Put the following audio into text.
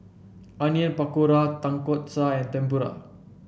Onion Pakora Tonkatsu and Tempura